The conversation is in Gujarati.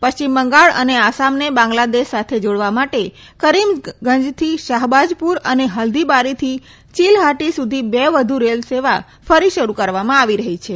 પશ્રિમ બંગાળ અને આસામને બાંગ્લાદેશ સાથે જોડવા માટે કરીમગંજ થી શાહબાજપુર અને હલ્દીબારી થી ચીલહાટી સુધી બે વધુ રેલ સેવા ફરી શરૂ કરવામાં આવી રહી છે